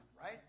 right